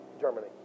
Germany